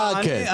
אתה כן.